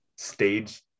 stage